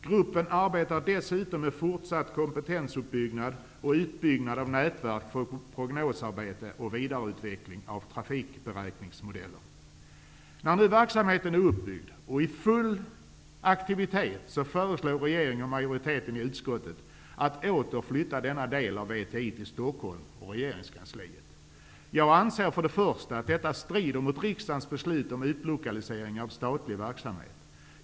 Gruppen arbetar dessutom med fortsatt kompetensuppbyggnad och utbyggnad av nätverk för prognosarbete och vidareutveckling av trafikberäkningsmodeller. Nu när verksamheten är uppbyggd och i full aktivitet föreslår regeringen och majoriteten i utskottet att denna del av VTI åter skall flyttas till Stockholm och regeringskansliet. För det första anser jag att detta strider mot riksdagens beslut om utlokalisering av statlig verksamhet.